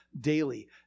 daily